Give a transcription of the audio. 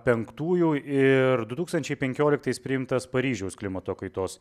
penktųjų ir du tūkstančiai penkioliktais priimtas paryžiaus klimato kaitos